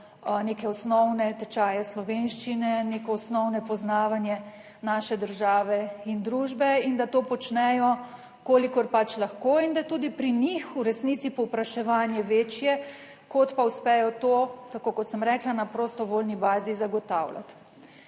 neke osnovne tečaje slovenščine, neko osnovno poznavanje naše države in družbe in da to počnejo, kolikor pač lahko. In da je tudi pri njih v resnici povpraševanje večje, kot pa uspejo to, tako kot sem rekla, na prostovoljni bazi zagotavljati.